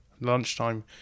lunchtime